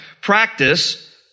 practice